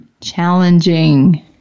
challenging